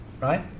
right